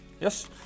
Yes